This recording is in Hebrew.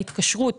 ההתקשרות